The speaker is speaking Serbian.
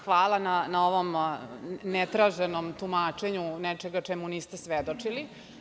Hvala na ovom ne traženom tumačenju nečega čemu niste svedočili.